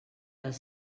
els